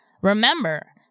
Remember